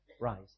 rise